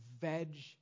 veg